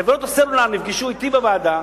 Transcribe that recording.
חברות הסלולר נפגשו אתי בוועדה